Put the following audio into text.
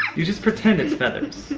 you just pretend it's feathers,